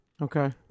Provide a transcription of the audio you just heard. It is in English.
okay